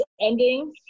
ending